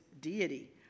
deity